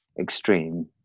extreme